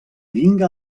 vinga